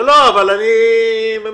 אני כאן,